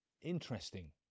interesting